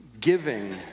Giving